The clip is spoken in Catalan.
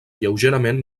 lleugerament